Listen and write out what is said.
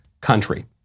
country